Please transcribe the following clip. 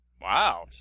Wow